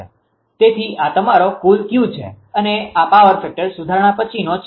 તેથી આ તમારો કુલ Q છે અને આ પાવર ફેક્ટર સુધારણા પછીનો છે